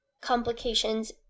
Complications